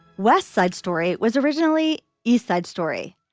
west side story was originally east side story,